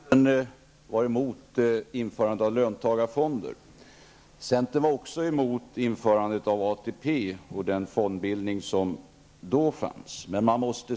Fru talman! Centern var emot införandet av löntagarfonder. Centern var också emot införandet av ATP och den fondbildning som då följde.